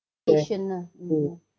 patient ah mm